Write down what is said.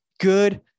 good